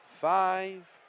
five